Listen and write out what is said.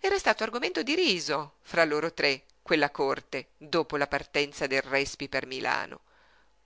era stato argomento di riso fra loro tre quella corte dopo la partenza del respi per milano